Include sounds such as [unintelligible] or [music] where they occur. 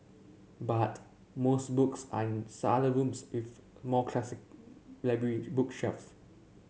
but most books are in [unintelligible] rooms with more classic library bookshelves